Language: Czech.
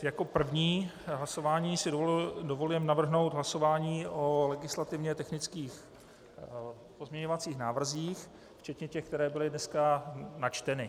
Jako první hlasování si dovolujeme navrhnout hlasování o legislativně technických pozměňovacích návrzích, včetně těch, které dnes byly načteny.